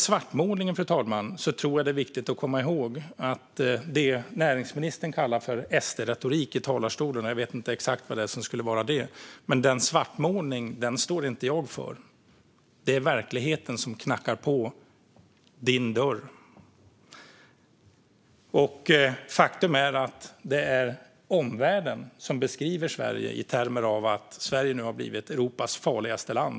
Det är viktigt att komma ihåg att den svartmålning näringsministern kallar SD-retorik - jag vet inte exakt vad det är som skulle vara det - står inte jag för. Det är verkligheten som knackar på dörren. Det är omvärlden som beskriver Sverige som Europas farligaste land.